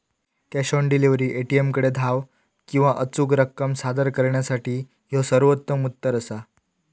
cash on delivery, ए.टी.एमकडे धाव किंवा अचूक रक्कम सादर करणा यासाठी ह्यो सर्वोत्तम उत्तर असा